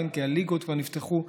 כי הליגות כבר נפתחו מזמן,